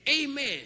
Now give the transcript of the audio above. Amen